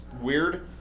weird